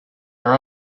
are